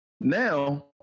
Now